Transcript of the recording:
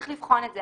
צריך לבחון את זה,